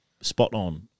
spot-on